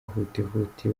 hutihuti